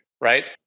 right